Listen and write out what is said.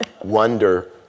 wonder